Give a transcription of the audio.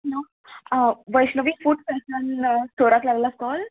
hello वैष्णवीक food special स्टोराक लागला कॉल